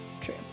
true